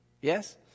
Yes